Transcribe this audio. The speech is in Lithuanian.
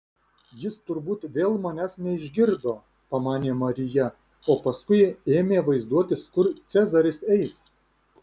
jis turbūt vėl manęs neišgirdo pamanė marija o paskui ėmė vaizduotis kur cezaris eis